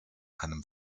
einem